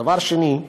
דבר שני,